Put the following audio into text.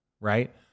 right